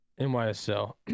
NYSL